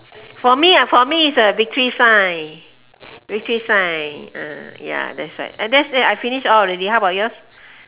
for me ah for me is a victory sign victory sign ah ya that's right and that's that I finish all already how about yours